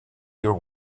your